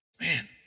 Man